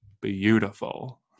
beautiful